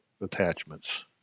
attachments